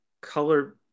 color